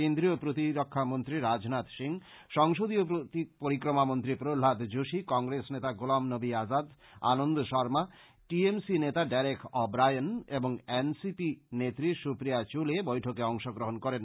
কেন্দ্রীয় প্রতিরক্ষা মন্ত্রী রাজনাথ সিং সংসদীয় পরিক্রমা মন্ত্রী প্রহ্মাদ যোশি কংগ্রেস নেতা Ghulam Nabi Azad Anand Sharma T M C নেতা ডেরেক ও ব্রায়ান এবং এন সি পি নেত্রী সুপ্রীয়া চুলে বৈঠকে অংশ গ্রহণ করেন